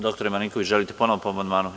Doktore Marinkoviću, želite ponovo po amandmanu?